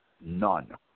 None